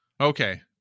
Okay